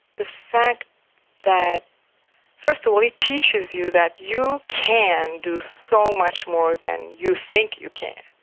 the fact that first of all, it teaches you that you can do so much more than you think you can.